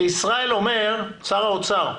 ששר האוצר אומר,